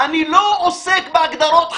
אני לא עוסק בהגדרות.